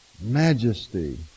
majesty